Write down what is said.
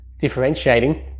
differentiating